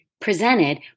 presented